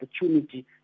opportunity